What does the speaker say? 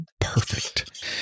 perfect